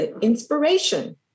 inspiration